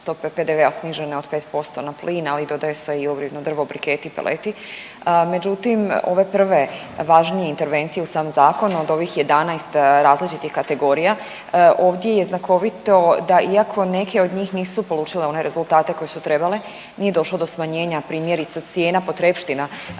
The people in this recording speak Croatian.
stope PDV snižene od 5% na plin, ali dodaje i ogrjevno drvo, briketi, peleti. Međutim, ove prve važnije intervencije u sam zakon od ovih 11 različitih kategorija ovdje je znakovito da iako neke od njih polučile one rezultate koje su trebale nije došlo do smanjenja primjerice cijena potrepština,